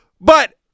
but-